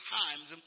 times